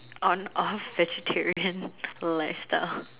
on off vegetarian lifestyle